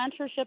mentorship